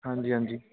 ਹਾਂਜੀ ਹਾਂਜੀ